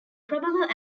probable